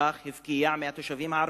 לקח והפקיע מהתושבים הערבים.